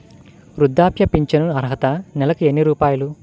వృద్ధాప్య ఫింఛను అర్హత నెలకి ఎన్ని రూపాయలు?